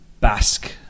Basque